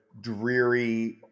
dreary